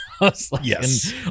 Yes